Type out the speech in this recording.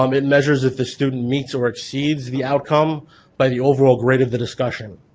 um it measures that the student meets or exceeds the outcome by the overall grade of the discussion.